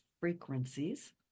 frequencies